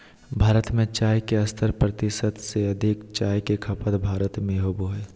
भारत में चाय के सत्तर प्रतिशत से अधिक चाय के खपत भारत में होबो हइ